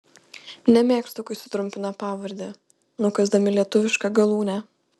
nemėgstu kai sutrumpina pavardę nukąsdami lietuvišką galūnę